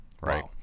right